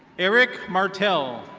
eric martel.